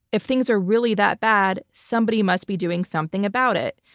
if things are really that bad, somebody must be doing something about it.